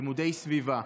לימודי סביבה.